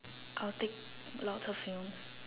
I'll take lots of films